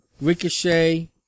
Ricochet